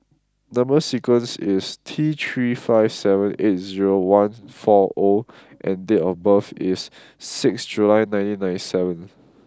number sequence is T three five seven eight zero one four O and date of birth is sixth July nineteen ninety seven